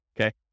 okay